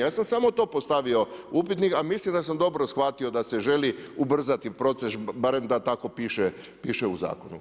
Ja sam samo to postavio upitnik a mislim da sam dobro shvatio da se želi ubrzati proces, barem da tako piše u zakonu.